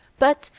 but,